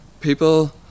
people